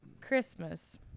Christmas